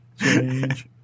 change